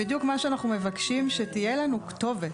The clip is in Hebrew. זה בדיוק מה שאנחנו מבקשים, רק שתהיה לנו כתובת.